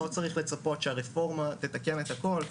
לא צריך לצפות שהרפורמה תתקן את הכול.